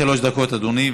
עד שלוש דקות, אדוני.